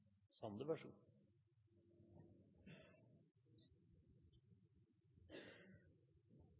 Sande